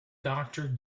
doctor